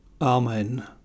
Amen